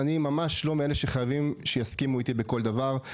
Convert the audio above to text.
אני ממש לא מאלה שחייבים שיסכימו איתי בכל דבר.